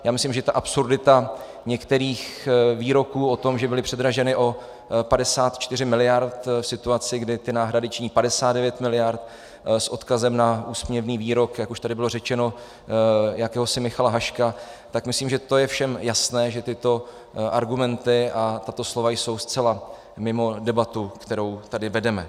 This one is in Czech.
Já myslím, že ta absurdita některých výroků o tom, že byly předraženy o 54 mld. v situaci, kdy ty náhrady činí 59 mld., s odkazem na úsměvný výrok, jak už tady bylo řečeno, jakéhosi Michala Haška, tak myslím, že to je všem jasné, že tyto argumenty a tato slova jsou zcela mimo debatu, kterou tady vedeme.